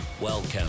Welcome